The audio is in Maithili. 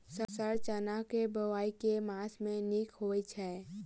सर चना केँ बोवाई केँ मास मे नीक होइ छैय?